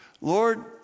Lord